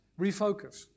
refocus